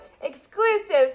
exclusive